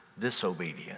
disobedience